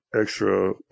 extra